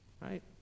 Right